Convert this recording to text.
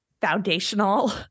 foundational